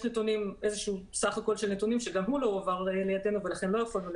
יש סך כל של נתונים שגם הוא לא הועבר לידיעתנו ולכן לא יכולנו לראות.